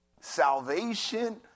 Salvation